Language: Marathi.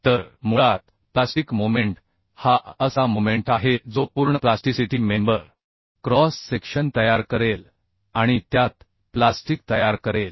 तर मुळात प्लास्टिक मोमेंट हा असा मोमेंट आहे जो पूर्ण प्लास्टिसिटी मेंबर क्रॉस सेक्शन तयार करेल आणि त्यात प्लास्टिक तयार करेल